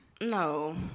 No